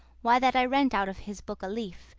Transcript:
why that i rent out of his book a leaf,